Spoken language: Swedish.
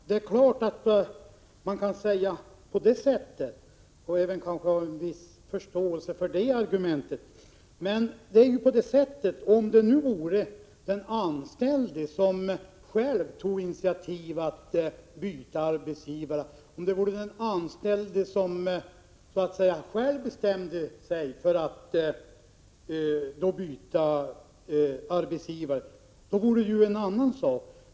Herr talman! Det är klart att man kan resonera på det sättet, och jag kan ha en viss förståelse för de argumenten. Om det vore den anställde själv som tog initiativ till och själv bestämde sig för att byta arbetsgivare, då vore det en annan sak.